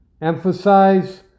emphasize